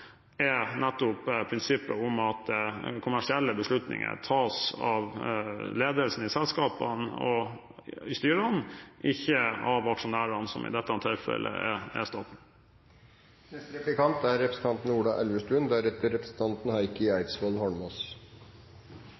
er nettopp prinsippet om at kommersielle beslutninger tas av ledelsen i selskapene og i styrene, ikke av aksjonærene, som i dette tilfellet er staten.